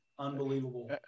unbelievable